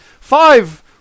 five